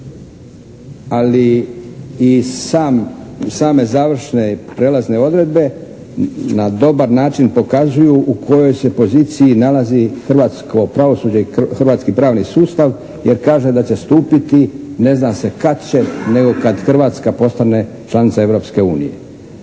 ali i same završne i prijelazne odredbe na dobar način pokazuju u kojoj se poziciji nalazi hrvatsko pravosuđe i hrvatski pravni sustav, jer kaže da će stupiti ne zna se kad će nego kada Hrvatska postane članica Europske unije.